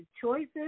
choices